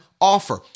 offer